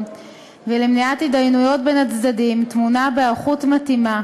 ולמניעת התדיינויות בין הצדדים טמונה בהיערכות מתאימה,